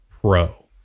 pro